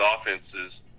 offenses